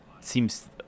seems